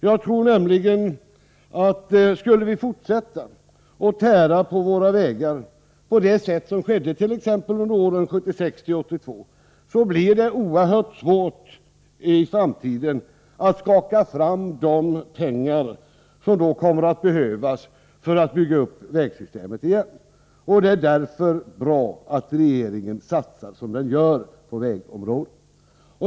Jag tror nämligen att om vi skulle fortsätta att tära på våra vägar på det sätt som skedde t.ex. under år 1976-1982, blir det oerhört svårt att i framtiden skaka fram de pengar som kommer att behövas för att bygga upp vägsystemet igen. Det är därför bra att regeringen satsar som den gör på vägområdet.